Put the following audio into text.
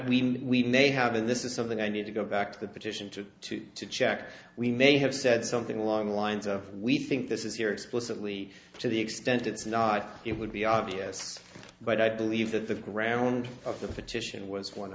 believe we may have and this is something i need to go back to the petition to to to check we may have said something along the lines of we think this is here explicitly to the extent it's not it would be obvious but i believe that the ground of the petition was one